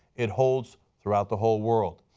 it holds throughout the whole world.